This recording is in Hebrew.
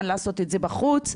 אני קראתי את --- זה דבר אחד,